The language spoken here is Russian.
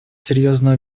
серьезную